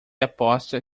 aposta